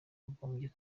wakagombye